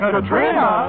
Katrina